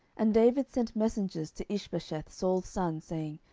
and david sent messengers to ishbosheth saul's son, saying,